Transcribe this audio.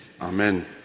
Amen